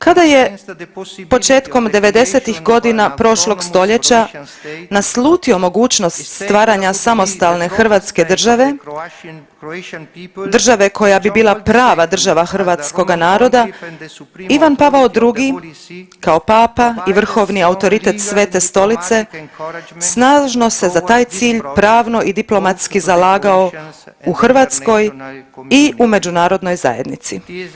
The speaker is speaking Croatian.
Kada je početkom '90.-tih godina prošlog stoljeća naslutio mogućnost stvaranja samostalne hrvatske države, države koja bi bila prava država hrvatskoga naroda Ivan Pavao II. kao papa i vrhovni autoritet Svete Stolice snažno se za taj cilj pravno i diplomatski zalagao u Hrvatskoj i u međunarodnoj zajednici.